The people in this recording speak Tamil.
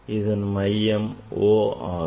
அதன் மையம் O ஆகும்